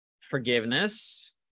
Forgiveness